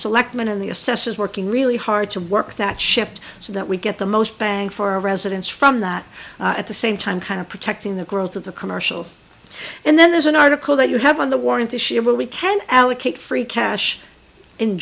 selectmen and the assessors working really hard to work that shift so that we get the most bang for our residents from that at the same time kind of protecting the growth of the commercial and then there's an article that you have on the warrant this year where we can allocate free